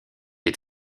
ait